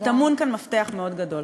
כי טמון כאן מפתח מאוד גדול.